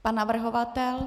Pan navrhovatel?